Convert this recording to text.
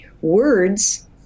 Words